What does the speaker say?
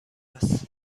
است